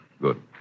Good